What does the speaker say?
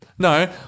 No